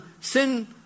sin